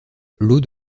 lot